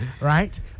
Right